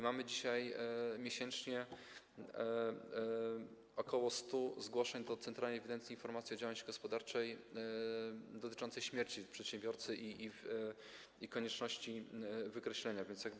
Mamy dzisiaj miesięcznie ok. 100 zgłoszeń do Centralnej Ewidencji i Informacji o Działalności Gospodarczej dotyczących śmierci przedsiębiorcy i konieczności wykreślenia go.